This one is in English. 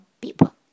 people